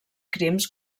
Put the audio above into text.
crims